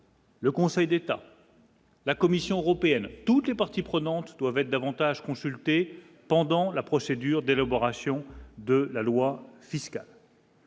Le Conseil d'État, la Commission européenne, toutes les parties prenantes doivent être davantage consultés pendant la procédure d'élaboration de la loi fiscale.